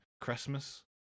Christmas